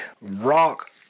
rock